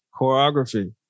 choreography